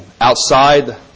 outside